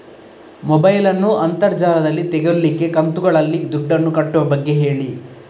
mobile ನ್ನು ಅಂತರ್ ಜಾಲದಲ್ಲಿ ತೆಗೋಲಿಕ್ಕೆ ಕಂತುಗಳಲ್ಲಿ ದುಡ್ಡನ್ನು ಕಟ್ಟುವ ಬಗ್ಗೆ ಹೇಳಿ